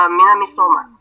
Minamisoma